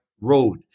road